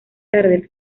tarde